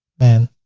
men